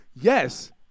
yes